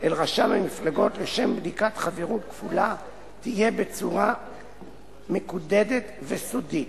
אל רשם המפלגות לשם בדיקת חברות כפולה תהיה בצורה מקודדת וסודית.